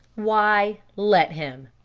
why, let him